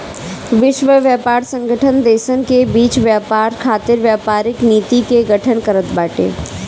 विश्व व्यापार संगठन देसन के बीच व्यापार खातिर व्यापारिक नीति के गठन करत बाटे